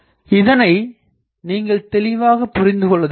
இதனை நீங்கள் தெளிவாகப் புரிந்து கொள்ளுதல் வேண்டும்